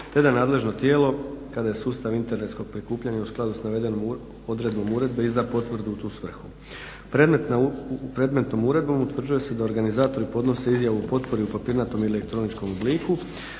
te da nadležno tijelo kada je sustav internetskog prikupljanja u skladu s navedenom odredbom uredbe izda potvrdu u tu svrhu. Predmetnom uredbom utvrđuje se da organizatori podnose izjavu o potpori u papirnatom ili elektroničkom obliku